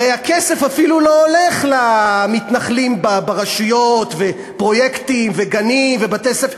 הרי הכסף אפילו לא הולך למתנחלים ברשויות ולפרויקטים וגנים ובתי-ספר,